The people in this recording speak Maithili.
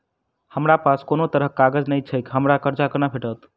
हमरा पास कोनो तरहक कागज नहि छैक हमरा कर्जा कोना भेटत?